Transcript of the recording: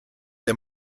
der